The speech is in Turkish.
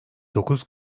dokuz